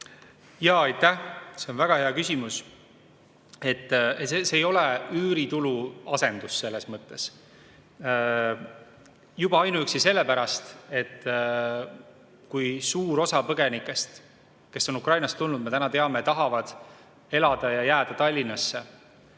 Aitäh! See on väga hea küsimus. See ei ole üüritulu asendus selles mõttes, juba ainuüksi sellepärast, et kui suur osa põgenikest, kes on Ukrainast tulnud, me teame, tahavad elada Tallinnas ja jääda Tallinnasse